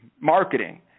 marketing